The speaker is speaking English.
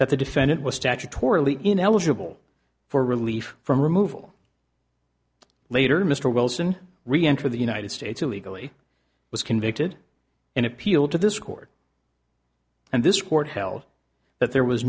that the defendant was statutorily ineligible for relief from removal later mr wilson reenter the united states illegally was convicted and appealed to this court and this ward held that there was